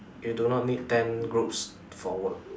you do not need ten groups for work